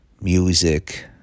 music